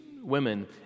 women